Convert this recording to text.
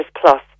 Plus